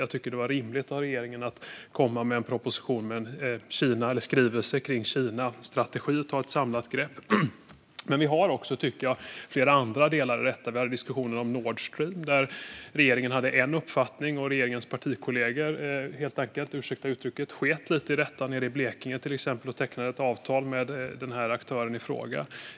Jag tycker också att det var rimligt av regeringen att komma med en skrivelse om strategin rörande Kina och att ta ett samlat grepp. Men vi har också, tycker jag, flera andra delar i detta. Vi har diskussionen on Nord Stream nere i Blekinge, där regeringen hade en uppfattning men där regeringens partikollegor helt enkelt - ursäkta uttrycket - sket lite i detta och tecknade ett avtal med aktören i fråga.